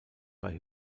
bei